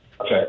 Okay